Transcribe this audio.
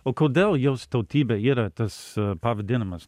o kodėl jos tautybė yra tas pavadinimas